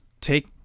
take